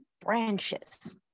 branches